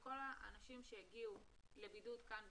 שכל האנשים שהגיעו לבידוד כאן,